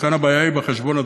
וכאן הבעיה בחשבון,